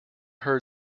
heard